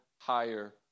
higher